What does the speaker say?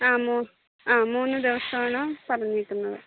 ആ ആ മൂന്നു ദിവസമാണ് പറഞ്ഞിരിക്കുന്നത്